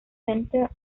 centre